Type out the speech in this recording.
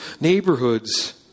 neighborhoods